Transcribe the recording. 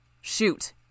shoot